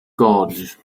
gauge